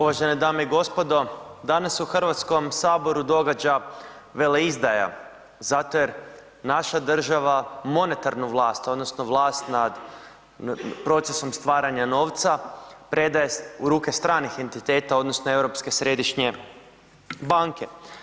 Uvažene dame i gospodo, danas se u Hrvatskom saboru događa veleizdaja zato jer naša država monetarnu vlast odnosno vlast nad procesom stvaranja novca predaje u ruke stranih entiteta odnosno Europske središnje banke.